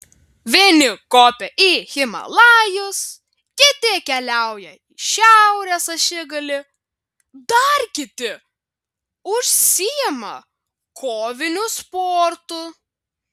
vieni kopia į himalajus kiti keliauja į šiaurės ašigalį dar kiti užsiima koviniu sportu